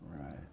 right